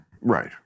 Right